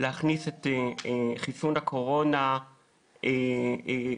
להכניס את חיסון הקורונה לחוק.